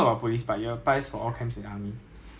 也是 normal ah 就是那个 food like nonsense lah